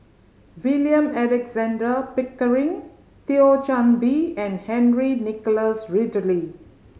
William Alexander Pickering Thio Chan Bee and Henry Nicholas Ridley